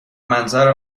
منظر